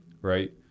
right